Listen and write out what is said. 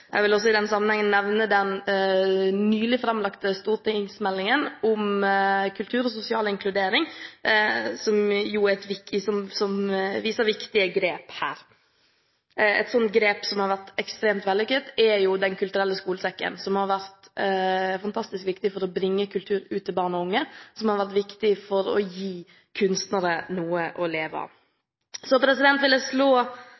Jeg vil også i den sammenheng nevne den nylig framlagte stortingsmeldingen om kultur og sosial inkludering som viser viktige grep her. Et slikt grep som har vært ekstremt vellykket, er Den kulturelle skolesekken, som har vært fantastisk viktig for å bringe kultur ut til barn og unge, som har vært viktig for å gi kunstnere noe å leve av. Så vil jeg slå